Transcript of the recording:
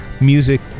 music